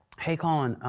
hey colin,